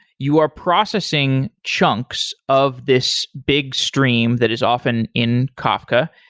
you are processing chunks of this big stream that is often in kafka,